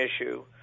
issue